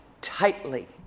tightly